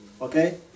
okay